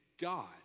God